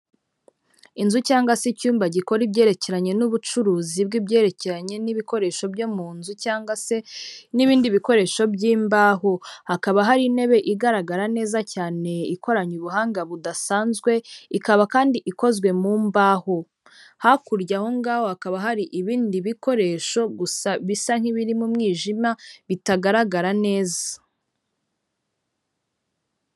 Inzu cyangwa se icyumba gikora ibyerekeranye n'ubucuruzi bw'ibyerekeranye n'ibikoresho byo mu nzu, cyangwa se n'ibindi bikoresho by'imbaho, hakaba hari intebe igaragara neza cyane ikoranye ubuhanga budasanzwe, ikaba kandi ikozwe mu mbaho, hakurya ahongaho hakaba hari ibindi bikoresho gusa bisa nk'ibiri mu mwijima bitagaragara neza.